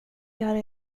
göra